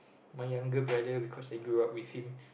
my younger brother because I grew up with him